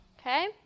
okay